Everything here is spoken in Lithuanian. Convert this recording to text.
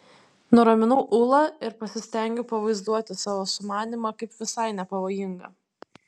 nuraminau ulą ir pasistengiau pavaizduoti savo sumanymą kaip visai nepavojingą